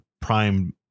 prime